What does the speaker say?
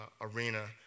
arena